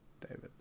David